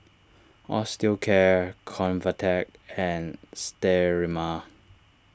Osteocare Convatec and Sterimar